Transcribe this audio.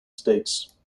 states